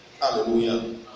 Hallelujah